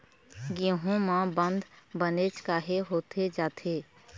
गेहूं म बंद बनेच काहे होथे जाथे?